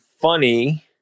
funny